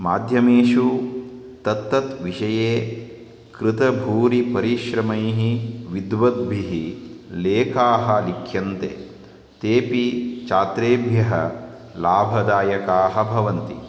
माध्यमेषु तत्तत् विषये कृतभूरिपरिश्रमैः विद्वद्भिः लेखाः लिख्यन्ते तेऽपि छात्रेभ्यः लाभदायकाः भवन्ति